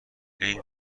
این